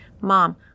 Mom